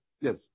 Yes